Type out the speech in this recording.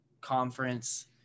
conference